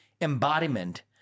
embodiment